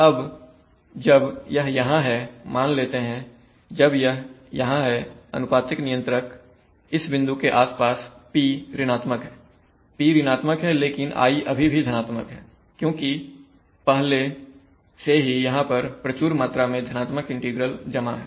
अब जब यह यहां है मान लेते हैं जब यह यहां है अनुपातिक नियंत्रक इस बिंदु के आसपास P ऋणत्मक है P ऋणत्मक है लेकिन I अभी भी धनात्मक है क्योंकि पहले से ही यहां प्रचुर मात्रा में धनात्मक इंटीग्रल जमा है